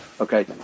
Okay